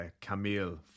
Camille